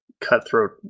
cutthroat